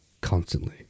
constantly